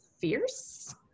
Fierce